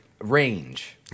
range